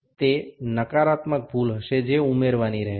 এই ধনাত্মক ত্রুটিটি বিয়োগ করতে হবে